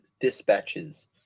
dispatches